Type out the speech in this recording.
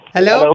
Hello